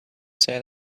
say